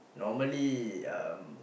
normally um